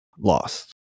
lost